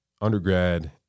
undergrad